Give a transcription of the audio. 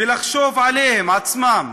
ולחשוב עליהם עצמם,